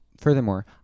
furthermore